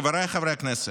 חבריי חברי הכנסת,